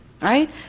right